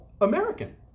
American